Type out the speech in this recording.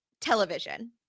television